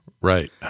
Right